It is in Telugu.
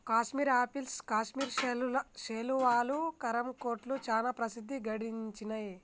కాశ్మీర్ ఆపిల్స్ కాశ్మీర్ శాలువాలు, గరం కోట్లు చానా ప్రసిద్ధి గడించినాయ్